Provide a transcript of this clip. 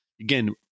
again